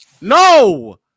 No